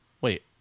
Wait